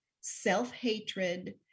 self-hatred